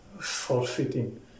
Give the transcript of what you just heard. forfeiting